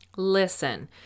Listen